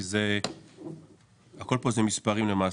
כי זה הכל פה זה מספרים למעשה.